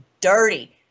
dirty